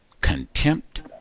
contempt